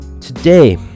Today